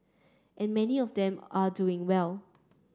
and many of them are doing well